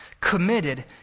committed